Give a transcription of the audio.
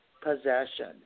possession